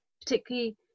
particularly